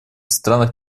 странах